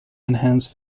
enhance